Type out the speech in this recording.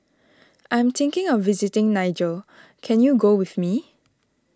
I am thinking of visiting Niger can you go with me